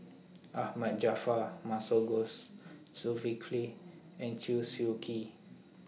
Ahmad Jaafar Masagos Zulkifli and Chew Swee Kee